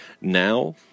now